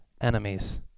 enemies